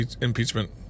impeachment